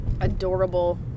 adorable